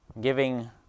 giving